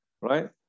right